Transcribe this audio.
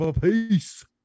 Peace